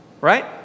right